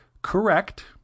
Correct